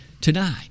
tonight